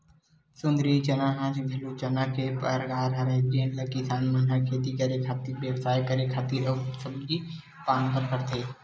सुंदरी चना ह घलो चना के एक परकार हरय जेन ल किसान मन ह खेती करे खातिर, बेवसाय करे खातिर अउ सब्जी पान बर करथे